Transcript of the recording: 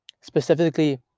Specifically